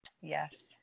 Yes